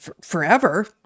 forever